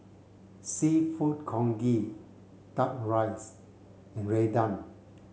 seafood Congee duck rice and Rendang